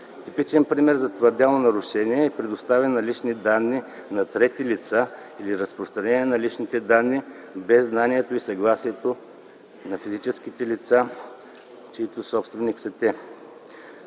Типичен пример за твърдяно нарушение е предоставяне на лични данни на трети лица или разпространение на личните данни без знанието и съгласието на физическите лица, чиито собственик са те,